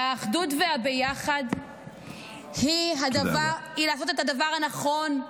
האחדות והביחד הם לעשות את הדבר הנכון,